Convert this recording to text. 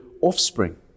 offspring